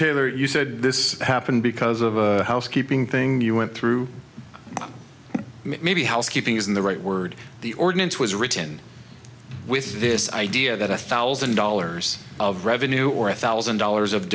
taylor you said this happened because of a housekeeping thing you went through maybe housekeeping isn't the right word the ordinance was written with this idea that a thousand dollars of revenue or a thousand dollars of